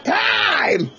time